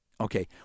Okay